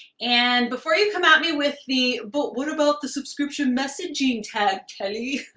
and before you come at me with the, but what about the subscription messaging tag, kelly?